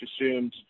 assumes